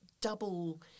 double